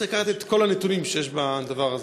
צריך לקחת את כל הנתונים שיש בדבר הזה.